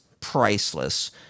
priceless